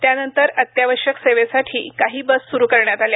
त्यानंतर अत्यावश्यक सेवेसाठी काही बस सुरू करण्यात आल्या